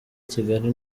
kigali